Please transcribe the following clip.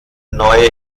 neue